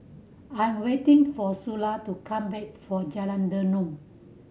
I'm waiting for Sula to come back for Jalan Derum